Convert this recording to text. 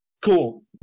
Cool